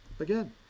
again